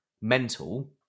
mental